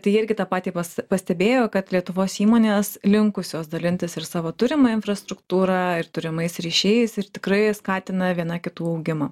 tai jie irgi tą patį pas pastebėjo kad lietuvos įmonės linkusios dalintis ir savo turima infrastruktūra ir turimais ryšiais ir tikrai skatina viena kitų augimą